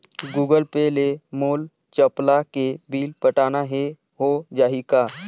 Google Pay ले मोल चपला के बिल पटाना हे, हो जाही का?